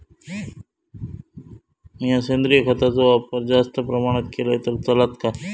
मीया सेंद्रिय खताचो वापर जास्त प्रमाणात केलय तर चलात काय?